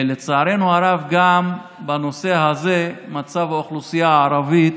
לצערנו הרב, גם בנושא הזה מצב האוכלוסייה הערבית